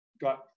got